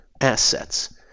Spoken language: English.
assets